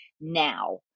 now